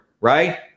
right